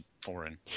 foreign